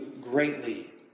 greatly